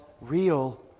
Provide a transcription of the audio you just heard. real